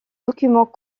documents